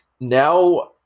Now